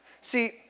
See